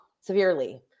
severely